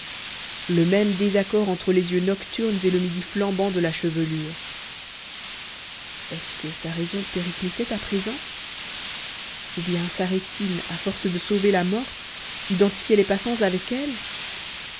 le même désaccord entre les yeux nocturnes et le midi flambant de la chevelure est-ce que sa raison périclitait à présent ou bien sa rétine à force de sauver la morte identifiait les passants avec elle